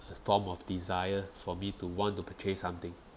a form of desire for me to want to purchase something